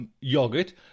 yogurt